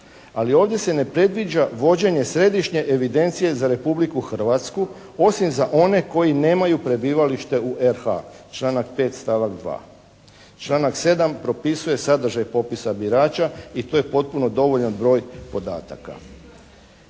Ali ovdje se ne predviđa vođenje središnje evidencije za Republiku Hrvatsku osim za one koji nemaju prebivalište u RH, članak 5. stavak 2. Članak 7. propisuje sadržaj popisa birača i to je potpuno dovoljan broj podataka.